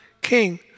king